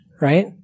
Right